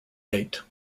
date